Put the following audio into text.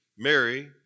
Mary